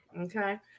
Okay